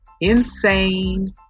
Insane